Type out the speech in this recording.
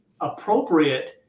appropriate